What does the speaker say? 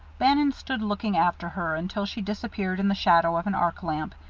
bannon stood looking after her until she disappeared in the shadow of an arc lamp,